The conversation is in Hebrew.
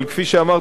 אדוני היושב-ראש,